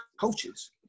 coaches